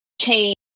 change